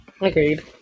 agreed